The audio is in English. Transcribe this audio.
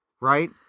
Right